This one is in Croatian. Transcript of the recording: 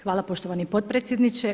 Hvala poštovani potpredsjedniče.